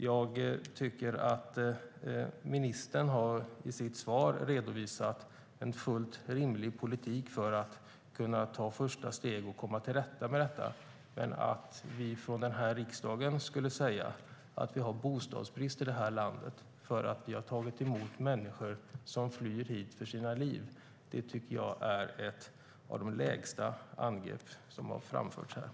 Jag tycker att ministern i sitt svar har redovisat en fullt rimlig politik för att kunna ta första steget för att komma till rätta med detta. Men att i denna riksdag säga att vi har bostadsbrist i det här landet för att vi har tagit emot människor som har flytt för sina liv hit tycker jag är ett angrepp som är på den lägsta nivå som jag har hört framföras här.